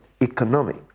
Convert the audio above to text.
economic